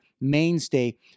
mainstay